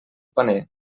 paner